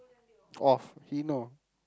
off he know